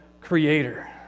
Creator